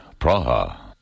Praha